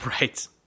Right